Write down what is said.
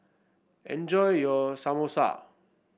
enjoy your Samosa